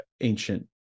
ancient